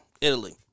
Italy